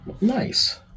Nice